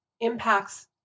impacts